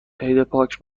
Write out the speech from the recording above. عیدپاک